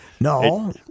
No